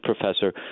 professor